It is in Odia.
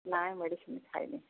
ନାଇଁ ମେଡ଼ିସିନ୍ ଖାଇନି